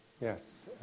Yes